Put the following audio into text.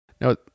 Now